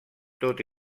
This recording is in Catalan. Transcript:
tot